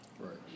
Right